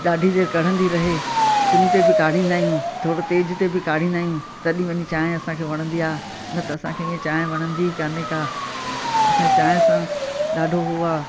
ॾाढी देरि कढ़ंदी रहे सिम ते बि काढ़िंदा आहियूं थोरो तेज ते बि काढ़िंदा आहियूं तॾहिं वञी चांहि असांखे वणंदी आहे न त असांखे ईअं चांहि वणंदी ई कोन्हे का असांजे चांहि सां ॾाढो हो आहे